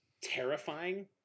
terrifying